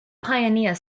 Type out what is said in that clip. pioneer